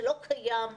שלא קיים,